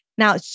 Now